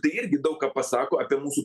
tai irgi daug ką pasako apie mūsų